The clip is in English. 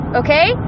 okay